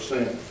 Sin